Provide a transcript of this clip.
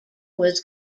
was